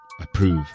Approve